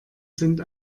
sind